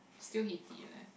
still hate it right